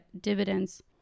dividends